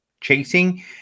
chasing